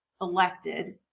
elected